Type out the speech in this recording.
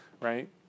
right